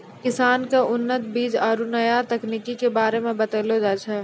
किसान क उन्नत बीज आरु नया तकनीक कॅ बारे मे बतैलो जाय छै